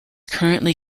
currently